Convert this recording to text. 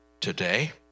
today